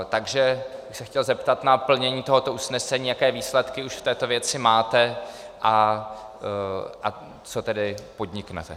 Takže bych se chtěl zeptat na plnění tohoto usnesení, jaké výsledky už v této věci máte a co tedy podniknete.